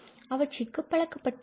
அவற்றிற்கு பழக்கப்பட்டு உள்ளோம்